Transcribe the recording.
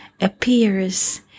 appears